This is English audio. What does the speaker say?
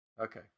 Okay